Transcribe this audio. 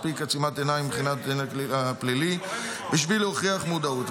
מספיק עצימת עיניים מבחינת הדין הפלילי בשביל להוכיח מודעות.